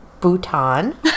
Bhutan